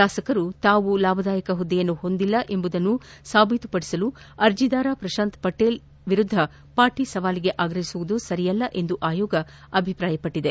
ಶಾಸಕರು ತಾವು ಲಾಭದಾಯಕ ಹುದ್ದೆ ಹೊಂದಿಲ್ಲ ಎಂಬುದನ್ನು ಸಾಬೀತು ಪಡಿಸಲು ಅರ್ಜಿದಾರ ಪ್ರಶಾಂತ್ ಪಟೇಲ್ ವಿರುದ್ದ ಪಾಟಿ ಸವಾಲಿಗೆ ಆಗ್ರಹಿಸುವುದು ಸರಿಯಲ್ಲ ಎಂದು ಆಯೋಗ ಅಭಿಪ್ರಾಯಪಟ್ಟದೆ